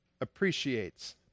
appreciates